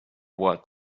what